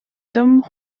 dom